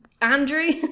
Andrew